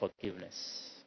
forgiveness